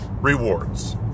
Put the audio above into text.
rewards